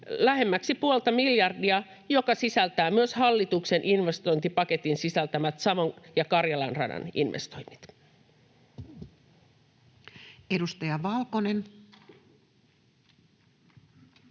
lähemmäksi puolta miljardia, joka sisältää myös hallituksen investointipaketin sisältämät Savon ja Karjalan radan investoinnit. Edustaja Valkonen,